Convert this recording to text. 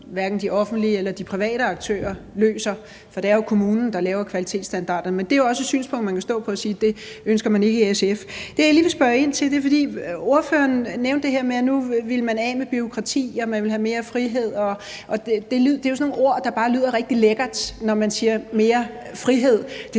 hverken de offentlige eller de private aktører løser, for det er jo kommunen, der laver kvalitetsstandarderne. Men det er også et synspunkt, man kan stå på, altså sige, at det ønsker man ikke i SF. Jeg vil lige spørge ind til noget. Det er, fordi ordføreren nævnte det her med, at nu ville man af med bureaukrati og man ville have mere frihed. Det er jo sådan nogle ord, der bare lyder rigtig lækre, altså når man siger mere frihed. Det